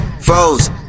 froze